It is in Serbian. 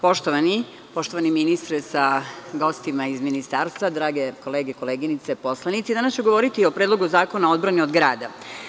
Poštovani ministre sa gostima iz ministarstva, drage kolege i koleginice poslanici, danas ću govoriti o Predlogu zakona o odbrani od grada.